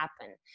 happen